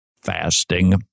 fasting